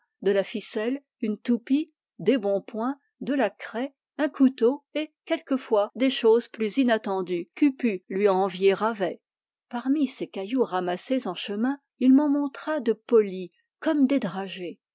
de la ficelle une toupie des bons points de la craie un couteau et quelquefois des choses plus inattendues qu'eût pu lui envier ravet parmi ces cailloux ramassés en chemin il m'en montra de polis comme des dragées